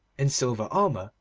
in silver armour,